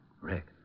Rick